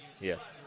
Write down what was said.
Yes